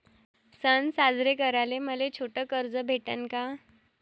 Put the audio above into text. सन साजरे कराले मले छोट कर्ज भेटन का?